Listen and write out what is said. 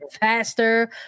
faster